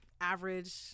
average